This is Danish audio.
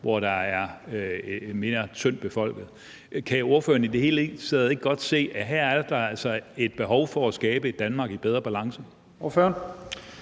som er mere tyndtbefolkede. Kan ordføreren i det hele taget ikke godt se, at her er der altså et behov for at skabe et Danmark i bedre balance?